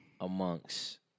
Amongst